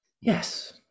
yes